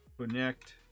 connect